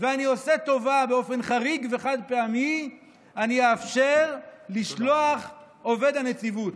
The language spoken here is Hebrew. ואני עושה טובה: באופן חריג וחד-פעמי אני אאפשר לשלוח עובד הנציבות,